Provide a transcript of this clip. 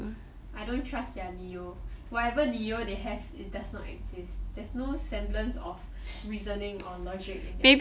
I don't trust their 理由 whatever 理由 they have it does not exist there's no semblance of reasoning or logic in their